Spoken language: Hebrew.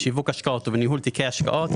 בשיווק השקעות ובניהול תיקי השקעות,